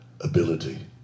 Ability